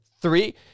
three